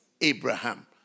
Abraham